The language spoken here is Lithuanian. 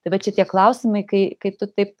vat šitie klausimai kai kai tu taip